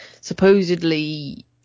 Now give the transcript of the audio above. supposedly